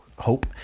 hope